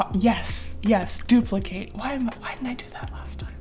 um yes. yes duplicate. why um why didn't i do that last